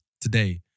today